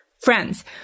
Friends